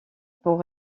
pour